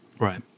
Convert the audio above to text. Right